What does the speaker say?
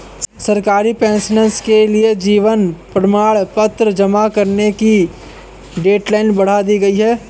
सरकारी पेंशनर्स के लिए जीवन प्रमाण पत्र जमा करने की डेडलाइन बढ़ा दी गई है